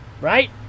right